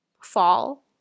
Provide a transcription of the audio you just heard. fall